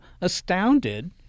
astounded